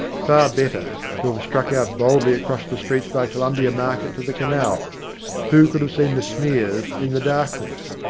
far better to have struck out boldly across the streets by columbia market to the canal who could have seen the smears in the darkness?